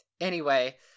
anyway-